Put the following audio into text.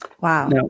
Wow